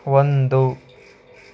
ಒಂದು